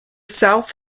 south